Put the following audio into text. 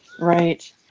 Right